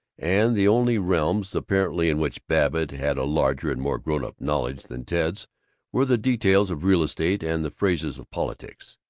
and the only realms, apparently, in which babbitt had a larger and more grown-up knowledge than ted's were the details of real estate and the phrases of politics.